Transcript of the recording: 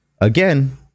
again